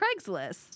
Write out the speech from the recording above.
Craigslist